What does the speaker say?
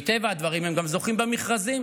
מטבע הדברים הם גם זוכים במכרזים,